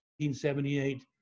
1978